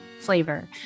flavor